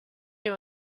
you